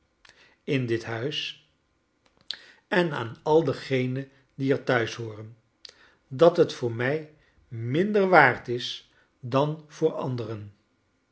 in i dit huis en aan al degenen die er toe behooren dat het voor mij minder waard is dan voor anderen